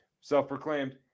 Self-proclaimed